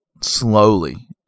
slowly